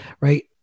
right